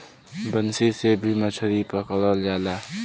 बंसी से भी मछरी पकड़ल जाला